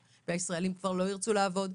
והישראלים כבר לא ירצו לעבוד.